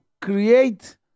create